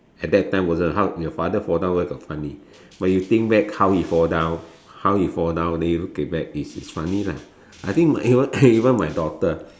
at that time wasn't how your father fall down where got funny when you think back how he fall down how he fall down then you look it back then is funny lah I think my e~ even my daughter